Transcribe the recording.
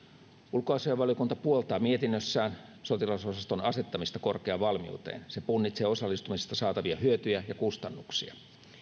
ulkoasiainvaliokunta puoltaa mietinnössään sotilasosaston asettamista korkeaan valmiuteen se punnitsee osallistumisesta saatavia hyötyjä ja kustannuksia